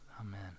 Amen